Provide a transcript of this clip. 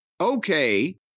Okay